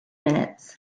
minutes